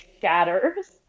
shatters